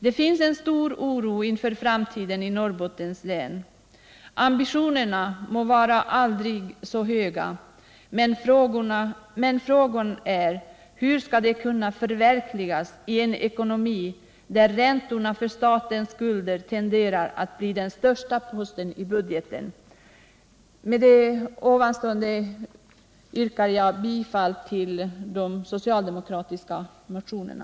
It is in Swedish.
Det finns en stor oro inför framtiden i Norrbottens län. Ambitionerna må vara aldrig så höga, men frågan är: Hur skall ambitionerna kunna förverkligas i en ekonomi där räntorna på statsskulden tenderar att bli den största posten i budgeten? Med det anförda yrkar jag bifall till de socialdemokratiska motionerna.